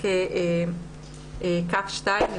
כ'2,